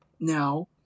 now